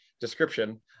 description